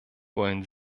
wollen